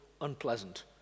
unpleasant